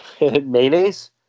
Mayonnaise